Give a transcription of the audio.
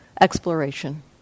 exploration